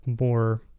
more